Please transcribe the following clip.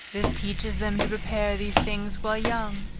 this teaches them to prepare these things while young,